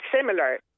similar